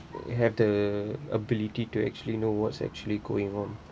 you have the ability to actually know what's actually going on